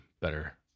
better –